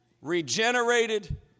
regenerated